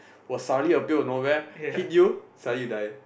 will suddenly appear of nowhere hit you suddenly you die